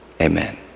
Amen